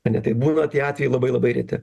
ten ne taip būna tie atvejai labai labai reti